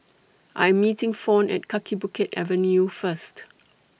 I Am meeting Fawn At Kaki Bukit Avenue First